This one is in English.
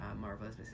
Marvelous